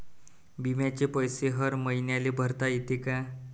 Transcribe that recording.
बिम्याचे पैसे हर मईन्याले भरता येते का?